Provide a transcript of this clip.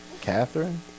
Catherine